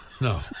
No